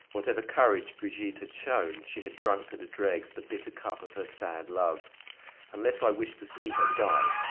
whatever courage brigitte had shown, she had drunk to the dregs the bitter cup of her sad love unless i wished to see her die,